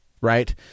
right